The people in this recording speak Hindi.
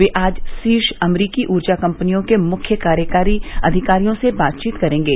वे आज शीर्ष अमरीकी ऊर्जा कम्पनियों के मुख्य कार्यकारी अधिकारियों से बातचीत करेंगे